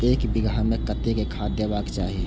एक बिघा में कतेक खाघ देबाक चाही?